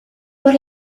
por